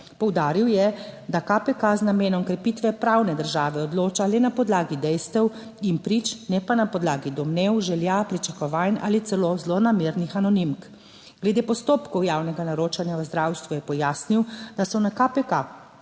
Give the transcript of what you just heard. (nadaljevanje) pravne države odloča le na podlagi dejstev in prič, ne pa na podlagi domnev, želja, pričakovanj ali celo zlonamernih anonimk. Glede postopkov javnega naročanja v zdravstvu je pojasnil, da so na KPK